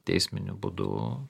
teisminiu būdu